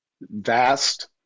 vast